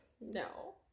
No